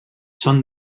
són